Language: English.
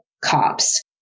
COPS